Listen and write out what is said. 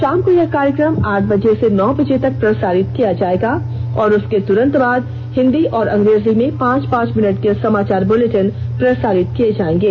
शाम को यह कार्यक्रम आठ बजे से नौ बजे तक प्रसारित किया जाएगा और उसके तुरंत बाद हिंदी और अंग्रेजी में पांच पांच मिनट के समाचार बुलेटिन प्रसारित किए जाएंगे